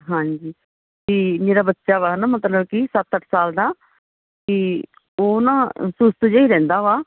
ਹਾਂਜੀ ਜੀ ਮੇਰਾ ਬੱਚਾ ਵਾ ਹੈ ਨਾ ਮਤਲਬ ਕਿ ਸੱਤ ਅੱਠ ਸਾਲ ਦਾ ਕਿ ਉਹ ਨਾ ਸੁਸਤ ਜਿਹਾ ਹੀ ਰਹਿੰਦਾ ਵਾ